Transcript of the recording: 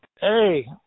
Hey